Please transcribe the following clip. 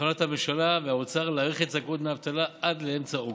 החלטת הממשלה והאוצר היא להאריך את הזכאות לדמי אבטלה עד לאמצע אוגוסט.